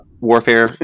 warfare